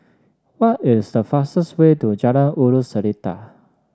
what is the fastest way to Jalan Ulu Seletar